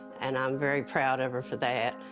and i'm very proud of her for that.